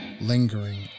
lingering